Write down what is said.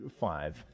five